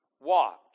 watch